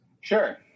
Sure